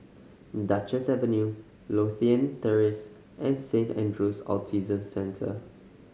Duchess Avenue Lothian Terrace and Saint Andrew's Autism Centre